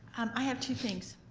and i have two things.